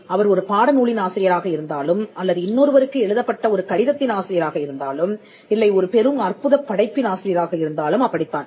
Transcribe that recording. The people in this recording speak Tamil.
அவர் ஒரு பாட நூலின் ஆசிரியராக இருந்தாலும் அல்லது இன்னொருவருக்கு எழுதப்பட்ட ஒரு கடிதத்தின் ஆசிரியராக இருந்தாலும் இல்லை ஒரு பெரும் அற்புத படைப்பின் ஆசிரியராக இருந்தாலும் அப்படித்தான்